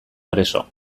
preso